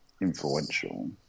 influential